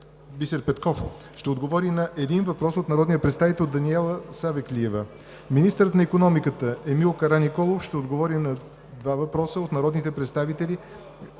Бисер Петков ще отговори на един въпрос от народния представител Даниела Савеклиева. 4. Министърът на икономиката Емил Караниколов ще отговори на два въпроса от народните представители